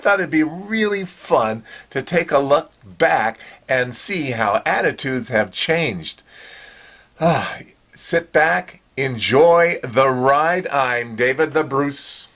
thought it be really fun to take a look back and see how attitudes have changed sit back enjoy the ride david the bruce